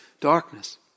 darkness